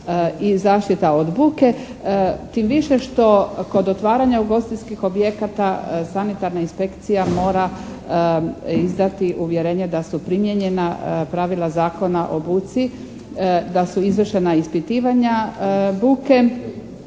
i zaštita od buke, tim više što kod otvaranja ugostiteljskih objekata sanitarna inspekcija mora izdati uvjerenje da su primijenjena pravila Zakona o buci, da su izvršena ispitivanja buke